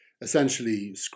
essentially